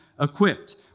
equipped